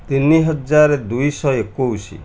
ତିନି ହଜାର ଦୁଇଶହ ଏକୋଇଶ